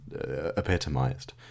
epitomized